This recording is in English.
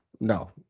no